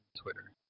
Twitter